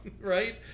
right